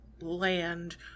land